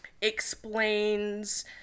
explains